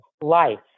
life